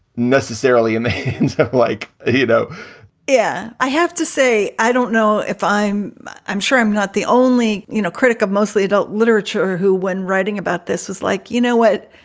necessarily in like a hero yeah, i have to say, i don't know if i'm i'm sure i'm not the only, you know, critic of mostly adult literature who when writing about this is like, you know what?